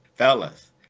Fellas